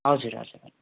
हजुर हजुर